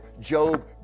Job